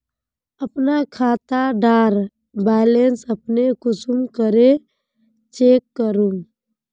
अपना खाता डार बैलेंस अपने कुंसम करे चेक करूम?